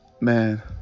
Man